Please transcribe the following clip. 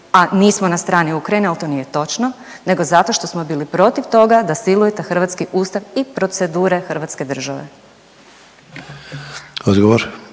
a nismo na strani Ukrajine, ali to nije točno nego zato što smo bil protiv toga da silujete hrvatski Ustav i procedure Hrvatske države.